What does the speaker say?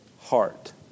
heart